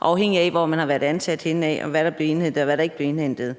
afhængigt af hvor man har været ansat, hvad der bliver indhentet, og hvad der ikke bliver indhentet.